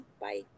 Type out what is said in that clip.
Bye